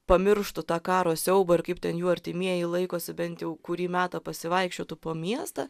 pamirštų tą karo siaubą ir kaip ten jų artimieji laikosi bent jau kurį metą pasivaikščiotų po miestą